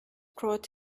brought